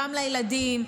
גם לילדים,